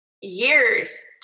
years